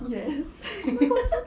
yes